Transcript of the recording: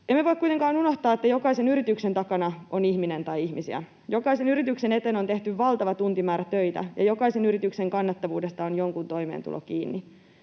Emme voi kuitenkaan unohtaa, että jokaisen yrityksen takana on ihminen tai ihmisiä. Jokaisen yrityksen eteen on tehty valtava tuntimäärä töitä, ja jokaisen yrityksen kannattavuudesta on jonkun toimeentulo kiinni.